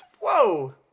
Whoa